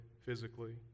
physically